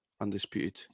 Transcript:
Undisputed